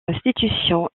institution